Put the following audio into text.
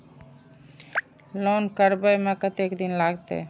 Loan करबे में कतेक दिन लागते?